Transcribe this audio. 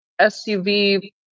SUV